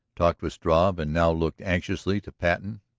talked with struve, and now looked anxiously to patten.